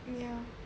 ya